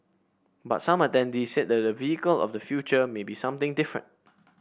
but some attendees said that the vehicle of the future may be something different